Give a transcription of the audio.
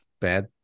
Bad